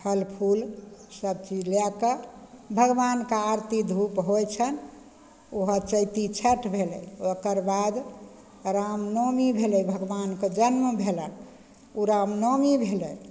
फल फूल सबचीज लए कऽ भगवानके आरती धूप होइ छनि वएह चैती छठ भेलय ओकरबाद रामनवमी भेलय भगवानके जन्म भेलनि उ रामनवमी भेलय